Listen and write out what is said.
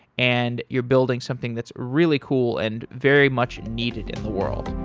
and you're building something that's really cool and very much needed in the world.